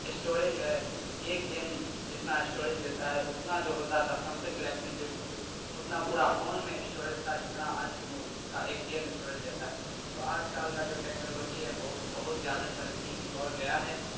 storage ہے ایک game جتنا اسٹوریج لیتا ہے اتنا جو ہوتا تھا سمسنگ گلیکسی جے ٹو کے اتنا پورا فون میں اسٹوریج تھا جتنا آج کے کا ایک گیم اسٹوریج لیتا ہے تو آج کل کا جو ٹیکنالوجی ہے بہت زیادہ ترقی کی اور گیا ہے